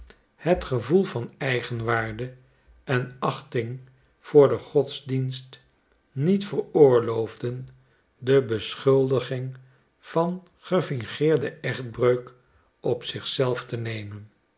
het gevoel van eigenwaarde en achting voor den godsdienst niet veroorloofden de beschuldiging van gefingeerde echtbreuk op zich zelf te nemen